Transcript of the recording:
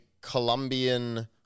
Colombian